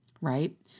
right